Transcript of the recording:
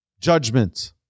judgment